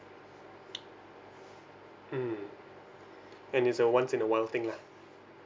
mm and it's a once in a while thing lah